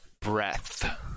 breath